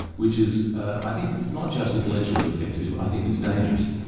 which is i think not just intellectually offensive, i think it's dangerous.